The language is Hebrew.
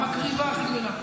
המקריבה הכי גדולה,